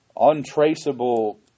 untraceable